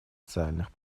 социальных